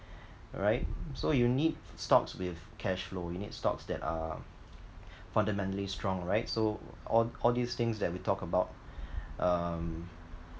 alright so you need stocks with cash flow you need stocks that are fundamentally strong right so all all these things that we talked about um